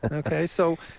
and okay, so